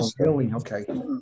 Okay